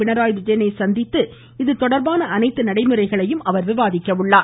பினராயி விஜயனை சந்தித்து இதுதொடர்பான அனைத்து நடைமுறைகளையும் அவர் விவாதிக்கிறார்